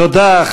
תודה,